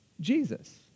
Jesus